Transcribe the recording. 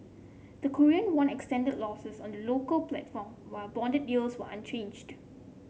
the Korean won extended losses on the local platform while bond yields were unchanged